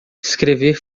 escrever